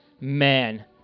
man